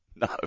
No